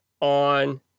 on